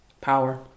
Power